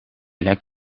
lijkt